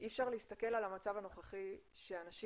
אי אפשר להסתכל על המצב הנוכחי שאנשים